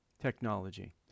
technology